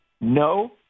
No